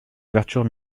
ouverture